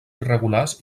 irregulars